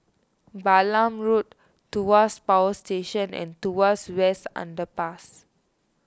Balam Road Tuas Power Station and Tuas West Underpass